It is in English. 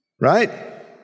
Right